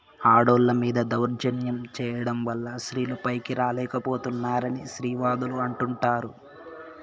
ఆడోళ్ళ మీద దౌర్జన్యం చేయడం వల్ల స్త్రీలు పైకి రాలేక పోతున్నారని స్త్రీవాదులు అంటుంటారు